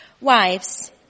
Wives